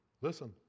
listen